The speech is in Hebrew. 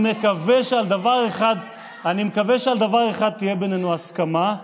אני מקווה שעל דבר אחד תהיה בינינו הסכמה,